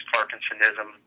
Parkinsonism